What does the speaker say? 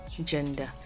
gender